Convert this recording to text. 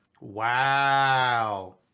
Wow